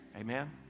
Amen